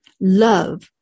love